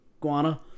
guana